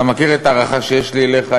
אתה מכיר את ההערכה שיש לי אליך,